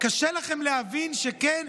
קשה לכם להבין, כן,